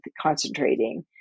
concentrating